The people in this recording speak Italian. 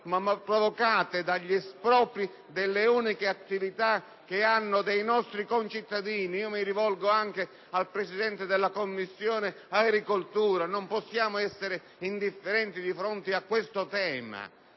ma dagli espropri delle uniche attività dei nostri concittadini? Mi rivolgo anche al Presidente della Commissione agricoltura: non possiamo essere indifferenti di fronte a questo tema